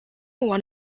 one